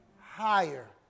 higher